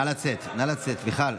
נא לצאת, מיכל.